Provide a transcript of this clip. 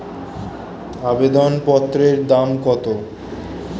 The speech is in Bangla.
আবেদন পত্রের দাম কত?